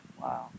Wow